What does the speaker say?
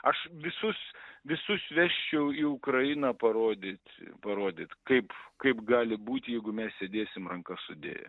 aš visus visus vežčiau į ukrainą parodyt parodyt kaip kaip gali būt jeigu mes sėdėsim rankas sudėję